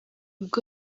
bwo